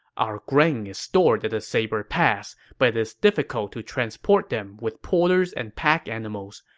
our grain is stored at the saber pass, but it is difficult to transport them with porters and pack animals.